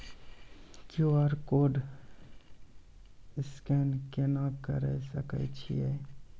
QR code scan केना करै सकय छियै?